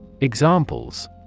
Examples